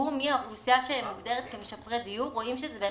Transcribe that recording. שסיווגו מי